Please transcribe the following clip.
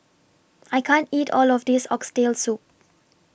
I can't eat All of This Oxtail Soup